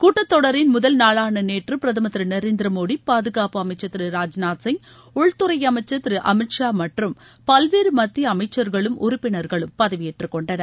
கூட்டத் தொடரின் முதல் நாளான நேற்று பிரதமர் திரு நரேந்திர மோடி பாதுகாப்பு அமைச்சர் திரு ராஜ்நாத் சிங் உள்துறை அமைச்சர் திரு அமித் ஷா மற்றும் பல்வேறு மத்திய அமைச்சர்களும் உறுப்பினர்களும் பதவியேற்றுக் கொண்டனர்